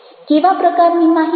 કેવા પ્રકારની માહિતી